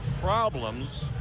problems